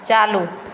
चालू